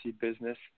business